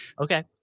Okay